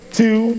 two